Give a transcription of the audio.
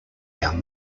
down